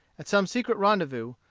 at some secret rendezvous,